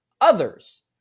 others